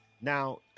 now